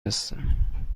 هستم